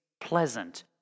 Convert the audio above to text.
pleasant